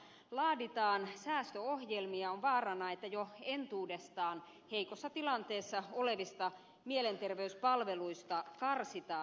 kun nyt kunnissa laaditaan säästöohjelmia on vaarana että jo entuudestaan heikossa tilanteessa olevista mielenterveyspalveluista karsitaan